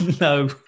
No